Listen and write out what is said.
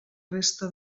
resta